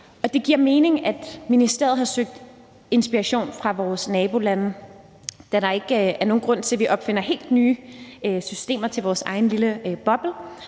Det giver mening, at ministeriet har søgt inspiration i vores nabolande, da der ikke er nogen grund til, at vi opfinder helt nye systemer til vores egen lille boble,